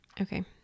Okay